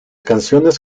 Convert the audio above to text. canciones